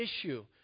issue